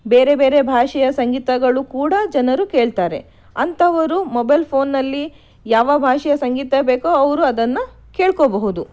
ಬೇರೆ ಬೇರೆ ಭಾಷೆಯ ಸಂಗೀತಗಳು ಕೂಡ ಜನರು ಕೇಳ್ತಾರೆ ಅಂಥವರು ಮೊಬೈಲ್ ಫೋನ್ನಲ್ಲಿ ಯಾವ ಭಾಷೆಯ ಸಂಗೀತ ಬೇಕೋ ಅವರು ಅದನ್ನು ಕೇಳ್ಕೊಬಹುದು